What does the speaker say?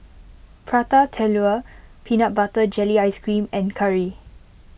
Prata Telur Peanut Butter Jelly Ice Cream and Curry